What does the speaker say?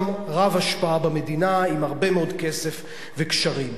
רב-השפעה במדינה עם הרבה מאוד כסף וקשרים.